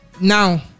now